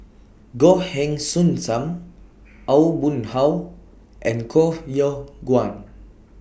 Goh Heng Soon SAM Aw Boon Haw and Koh Yong Guan